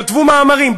כתבו מאמרים,